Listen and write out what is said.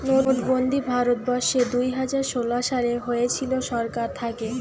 নোটবন্দি ভারত বর্ষে দুইহাজার ষোলো সালে হয়েছিল সরকার থাকে